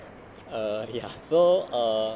err ya so err